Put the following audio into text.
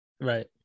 Right